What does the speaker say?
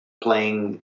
playing